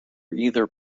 either